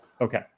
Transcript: Okay